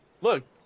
Look